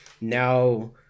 now